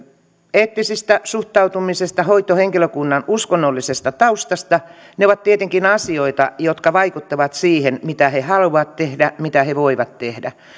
eettisestä suhtautumisesta hoitohenkilökunnan uskonnollisesta taustasta niin ne ovat tietenkin asioita jotka vaikuttavat siihen mitä he haluavat tehdä mitä he voivat tehdä